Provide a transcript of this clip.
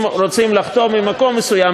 אם רוצים לחתום עם מקום מסוים,